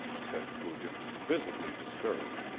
said coogan, visibly disturbed.